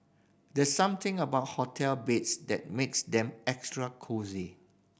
there's something about hotel beds that makes them extra cosy